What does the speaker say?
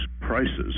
prices